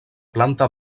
planta